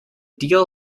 deal